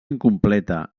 incompleta